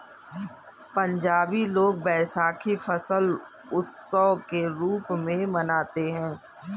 पंजाबी लोग वैशाखी फसल उत्सव के रूप में मनाते हैं